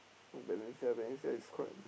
oh Venezia Venezia is quite